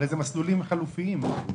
הרי אלה מסלולים חלופיים.